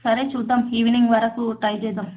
సరే చూద్దాము ఈవినింగ్ వరకు ట్రై చేద్దాము